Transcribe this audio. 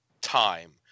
time